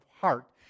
heart